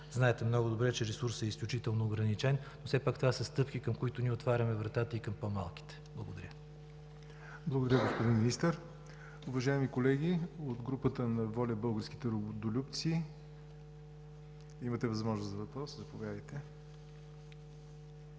Знаете много добре, че ресурсът е изключително ограничен. Все пак това са стъпки, с които ние отваряме вратата и към по-малките. Благодаря. ПРЕДСЕДАТЕЛ ЯВОР НОТЕВ: Благодаря, господин Министър. Уважаеми колеги от групата на „ВОЛЯ – Българските Родолюбци“, имате възможност за въпрос. Заповядайте.